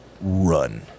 Run